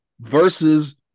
versus